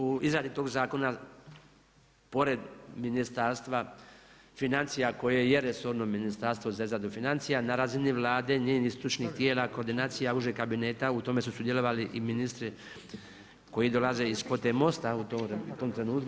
U izradi tog zakona pored Ministarstva financija koje je resorno ministarstvo za izradu financija na razini Vlade, njenih stručnih tijela, koordinacija, Užeg kabineta u tome su sudjelovali i ministri koji dolaze iz kvote MOST-a u tom trenutku.